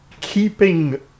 keeping